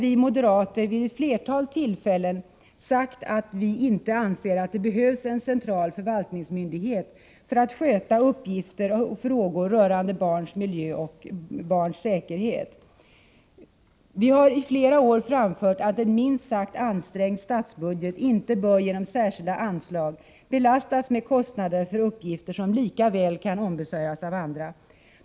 Vi moderater har vid ett flertal tillfällen sagt att vi inte anser att det behövs en central förvaltningsmyndighet för att sköta uppgifter och frågor rörande barns miljö och barns säkerhet. Vi har i flera år framfört att en minst sagt ansträngd statsbudget inte bör genom särskilda anslag belastas med kostnader för uppgifter som lika väl kan ombesörjas av andra.